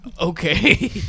Okay